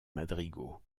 madrigaux